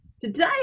Today